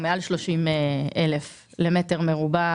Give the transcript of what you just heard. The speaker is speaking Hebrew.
הוא מעל 30 אלף שקלים למטר מרובע.